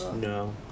No